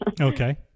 okay